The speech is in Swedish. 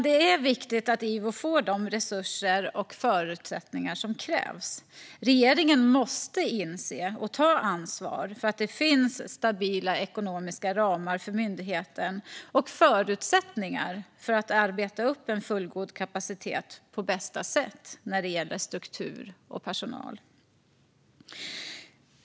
Det är viktigt att IVO får de resurser och förutsättningar som krävs. Regeringen måste inse detta och ta ansvar för att det finns stabila ekonomiska ramar för myndigheten och förutsättningar för att arbeta upp en fullgod kapacitet på bästa sätt när det gäller struktur och personal.